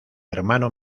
hermano